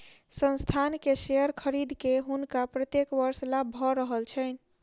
संस्थान के शेयर खरीद के हुनका प्रत्येक वर्ष लाभ भ रहल छैन